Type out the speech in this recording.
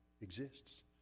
exists